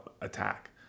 attack